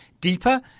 deeper